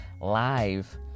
live